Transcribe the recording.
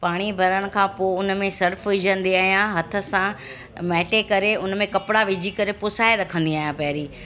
पाणी भरण खां पोइ उन में सर्फ विझंदी आहियां हथ सां मेटे करे उन में कपिड़ा विझी करे पुसाए रखंदी आहियां पहिरियों